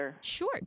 Sure